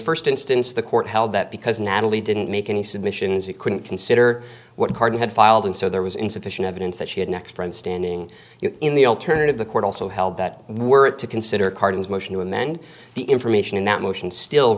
the st instance the court held that because natalie didn't make any submissions he couldn't consider what card had filed and so there was insufficient evidence that she had next from standing in the alternative the court also held that were to consider cardin's motion to amend the information in that motion still